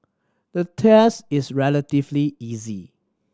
the test is relatively easy